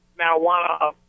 marijuana